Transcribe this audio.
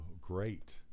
great